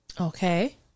Okay